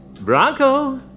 Bronco